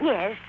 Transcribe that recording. Yes